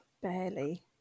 Barely